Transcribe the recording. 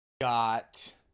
got